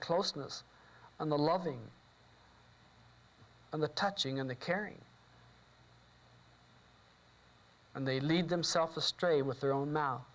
closeness and the loving and the touching and the caring and they lead themself astray with their own